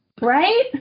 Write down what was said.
Right